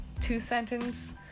two-sentence